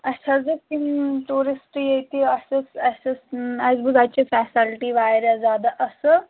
اَسہِ حظ ٲسۍ تِم ٹوٗرِسٹ ییٚتہِ اَسہِ اَسہِ اَسہِ بہٕ اَتہِ چھِ فیسَلٹی واریاہ زیادٕ اَصٕل